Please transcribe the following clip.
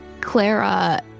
Clara